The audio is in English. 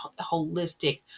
holistic